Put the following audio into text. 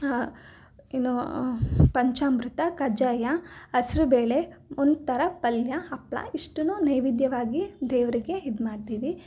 ಇನ್ನೂ ಪಂಚಾಮೃತ ಕಜ್ಜಾಯ ಹೆಸ್ರುಬೇಳೆ ಒಂಥರ ಪಲ್ಯ ಹಪ್ಪಳ ಇಷ್ಟನ್ನು ನೈವೇದ್ಯವಾಗಿ ದೇವರಿಗೆ ಇದು ಮಾಡ್ತೀವಿ